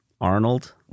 Arnold